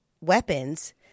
weapons